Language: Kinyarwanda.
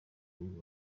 uyu